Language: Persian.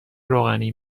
روغنی